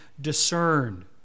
discerned